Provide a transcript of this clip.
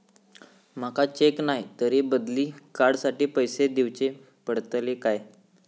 माका चेक नाय तर बदली कार्ड साठी पैसे दीवचे पडतले काय?